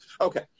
Okay